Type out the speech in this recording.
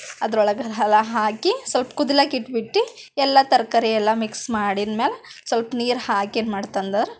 ಅದರೊಳಗೆ ಎಲ್ಲ ಹಾಕಿ ಸ್ವಲ್ಪ ಕುದಲಕ್ ಇಟ್ಬಿಟ್ಟು ಎಲ್ಲ ತರಕಾರಿ ಎಲ್ಲ ಮಿಕ್ಸ್ ಮಾಡಿದ ಮ್ಯಾಲ ಸ್ವಲ್ಪ ನೀರು ಹಾಕಿ ಏನು ಮಾಡ್ತಂದರೆ